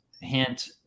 hint